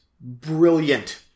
brilliant